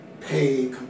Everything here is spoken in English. pay